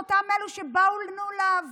אותם אלו של "באנו לעבוד",